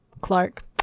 Clark